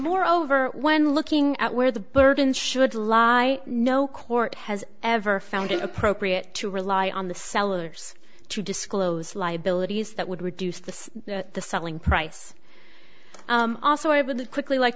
moreover when looking at where the burden should lie no court has ever found it appropriate to rely on the sellers to disclose liabilities that would reduce the selling price also i would quickly like